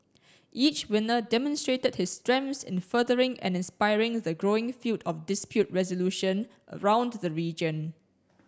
each winner demonstrated his strengths in furthering and inspiring the growing field of dispute resolution around the region